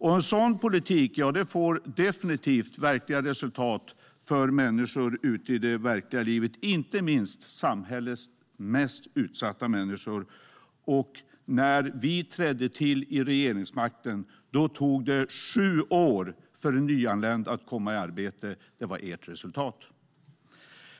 En sådan politik får definitivt verkliga resultat för människor ute i det verkliga livet. Det gäller inte minst samhällets mest utsatta människor. När vi trädde till vid regeringsmakten tog det sju år för en nyanländ att komma i arbete. Det var ert resultat.